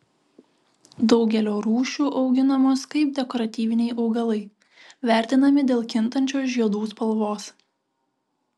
daugelio rūšių auginamos kaip dekoratyviniai augalai vertinami dėl kintančios žiedų spalvos